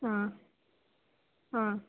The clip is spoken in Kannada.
ಹಾಂ ಹಾಂ